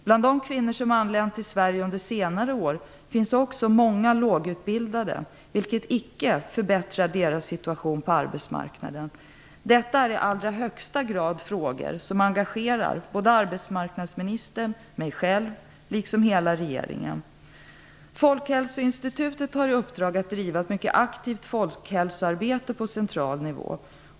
Bland de kvinnor som anlänt till Sverige under senare år finns också många lågutbildade, vilket icke förbättrar deras situation på arbetsmarknaden. Detta är i allra högsta grad frågor som engagerar såväl arbetsmarknadsministern, mig själv som hela regeringen. Folkhälsoinstitutet har i uppdrag att driva ett aktivt folkhälsoarbete på central nivå.